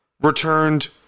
returned